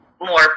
more